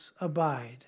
abide